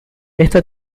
esta